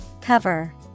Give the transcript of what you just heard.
Cover